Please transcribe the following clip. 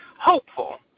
hopeful